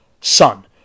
son